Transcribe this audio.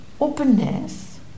openness